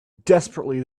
desperately